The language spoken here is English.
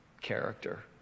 character